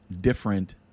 different